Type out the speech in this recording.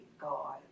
God